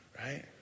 right